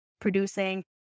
producing